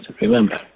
remember